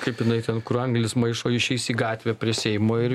kaip jinai ten kur anglis maišo išeis į gatvę prie seimo ir